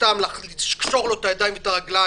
סתם לקשור לו את הידיים ואת הרגליים,